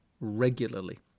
regularly